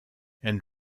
and